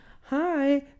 hi